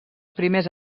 primers